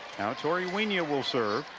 tori wynja will serve.